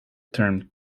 term